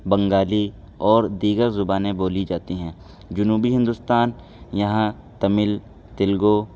بنگالی اور دیگر زبانیں بولی جاتی ہیں جنوبی ہندوستان یہاں تمل تیلگو